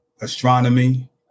astronomy